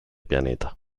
pianeta